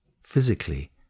physically